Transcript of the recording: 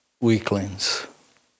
weaklings